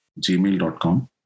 gmail.com